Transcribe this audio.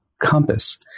compass